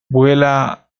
vuela